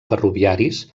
ferroviaris